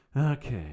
Okay